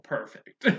Perfect